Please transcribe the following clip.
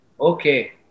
Okay